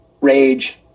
rage